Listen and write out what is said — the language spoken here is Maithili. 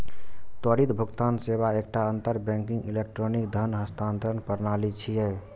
त्वरित भुगतान सेवा एकटा अंतर बैंकिंग इलेक्ट्रॉनिक धन हस्तांतरण प्रणाली छियै